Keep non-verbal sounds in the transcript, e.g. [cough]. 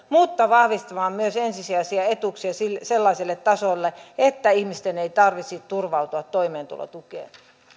[unintelligible] mutta myös vahvistamaan ensisijaisia etuuksia sellaiselle tasolle että ihmisten ei tarvitsisi turvautua toimeentulotukeen